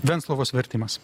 venclovos vertimas